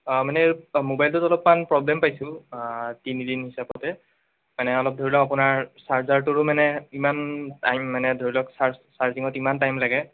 মানে ম'বাইলটোত অলপমান প্ৰব্লেম পাইছোঁ তিনিদিন হিচাপতে মানে অলপ ধৰি লওক আপোনাৰ চাৰ্জাৰটোৰো মানে ইমান টাইম মানে ধৰি লওক চাৰ্জ চাৰ্জিঙত ইমান টাইম লাগে